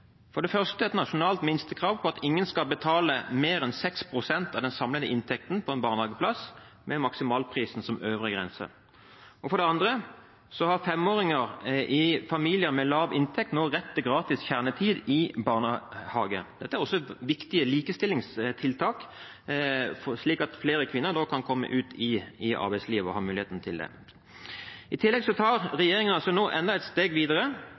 for det første et nasjonalt minstekrav om at ingen skal betale mer enn 6 pst. av den samlede inntekten på en barnehageplass, med maksimalprisen som øvre grense. For det andre har femåringer i familier med lav inntekt nå rett til gratis kjernetid i barnehage. Dette er også viktige likestillingstiltak: Flere kvinner får nå mulighet til å komme ut i arbeidslivet. I tillegg tar regjeringen enda et steg videre og har bevilget 20 mill. kr til